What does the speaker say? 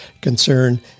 concern